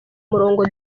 murongo